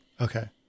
Okay